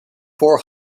four